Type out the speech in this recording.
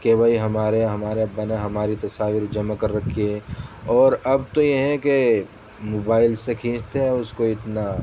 کہ بھئی ہمارے ہمارے ابا نے ہماری تصاویر جمع کر رکھی ہیں اور اب تو یہ ہے کہ موبائل سے کھینچتے ہیں اس کو اتنا